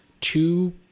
two